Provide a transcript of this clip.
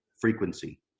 frequency